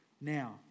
now